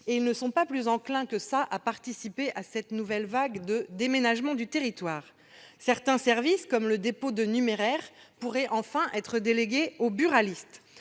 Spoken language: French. et ne sont pas plus enclins que cela à participer à cette nouvelle vague de déménagement du territoire. Certains services, comme le dépôt d'apports en numéraire, pourraient enfin être délégués aux buralistes.